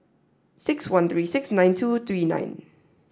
six one three six nine two three nine